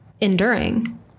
enduring